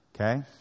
Okay